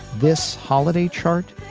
this holiday chart,